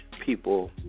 people